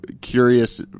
curious